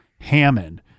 Hammond